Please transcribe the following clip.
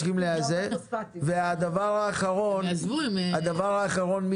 ודבר אחרון,